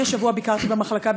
השבוע ביקרתי במחלקה.